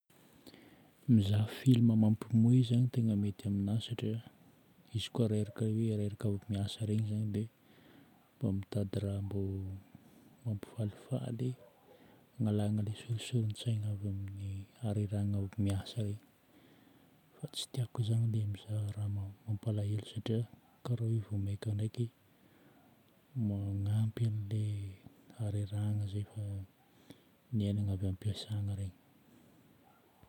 Mizaha filma mampimoehy zagny tegna mety aminahy satria, izy koa reraka hoe reraka avy miasa regny zagny dia mba mitady raha mbô mampifalifaly, agnalana ilay soritsorin-tsaigna avy amin'ny harerahana avy miasa regny. Fa tsy tiako zagny ilay mizaha raha mampalahelo satria karaha igny vô mainka ndraiky magnampy amin'ilay harerahana zay efa niaignana avy any am-piasana regny.